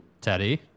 Teddy